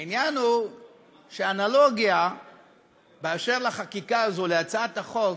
העניין הוא שהאנלוגיה לחקיקה הזאת של הצעת החוק